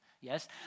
yes